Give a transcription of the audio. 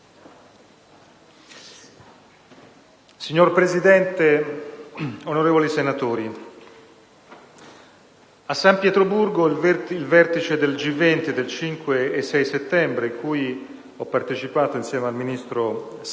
Signor Presidente, onorevoli senatori, a San Pietroburgo, al Vertice G20 del 5 e 6 settembre scorso al quale ho partecipato insieme al ministro Saccomanni,